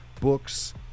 books